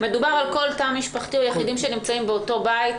מדובר על כל תא משפחתי או יחידים שנמצאים באותו בית.